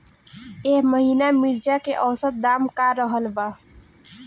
एह महीना मिर्चा के औसत दाम का रहल बा?